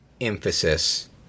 emphasis